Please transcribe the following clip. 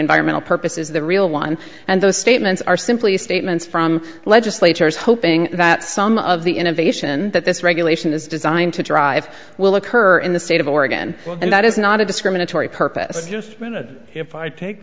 environmental purpose is the real one and those statements are simply statements from legislators hoping that some of the innovation that this regulation is designed to drive will occur in the state of oregon and that is not a discriminatory purpose just a minute if i take